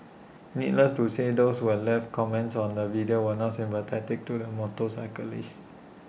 needless to say those who have left comments on the video were not sympathetic to the motorcyclist